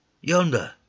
yonder